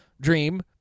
dream